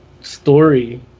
story